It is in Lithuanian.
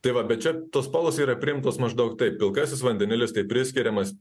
tai va bet čia tos spalvos yra priimtos maždaug taip pilkasis vandenilis tai priskiriamas